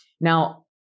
Now